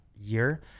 year